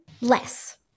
less